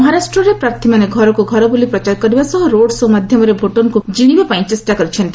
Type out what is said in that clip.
ମହାରାଷ୍ଟ୍ରରେ ପ୍ରାର୍ଥୀମାନେ ଘରକୁ ଘର ବୁଲି ପ୍ରଚାର କରିବା ସହ ରୋଡ ଶୋ' ମାଧ୍ୟମରେ ଭୋଟରକ୍ତ ଜିଶିବା ପାଇଁ ଚେଷ୍ଟା କର୍ରଛନ୍ତି